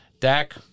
Dak